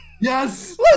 Yes